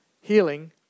healing